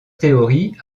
théories